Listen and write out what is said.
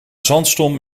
zandstorm